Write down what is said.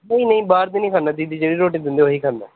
ਨਹੀਂ ਨਹੀਂ ਬਾਹਰ ਦੀ ਨਹੀਂ ਖਾਂਦਾ ਦੀਦੀ ਜਿਹੜੀ ਰੋਟੀ ਦਿੰਦੇ ਉਹੀ ਖਾਂਦਾ